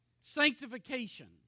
Sanctification